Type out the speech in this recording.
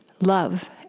Love